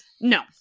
No